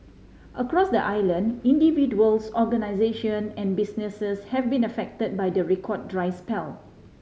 across the island individuals organisation and businesses have been affected by the record dry spell